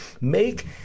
Make